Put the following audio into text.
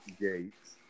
Gates